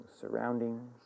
surroundings